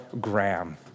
Graham